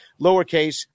lowercase